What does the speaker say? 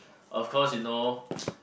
of course you know